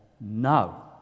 now